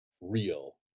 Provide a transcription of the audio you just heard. real